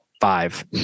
five